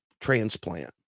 transplant